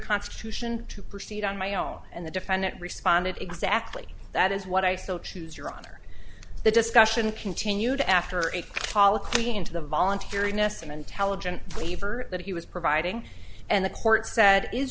constitution to proceed on my own and the defendant responded exactly that is what i so choose your honor the discussion continued after a colloquy into the voluntariness and intelligent waiver that he was providing and the court said is